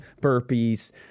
burpees